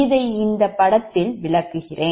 இதை இந்த படத்தில் விளக்குகிறேன்